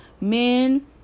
men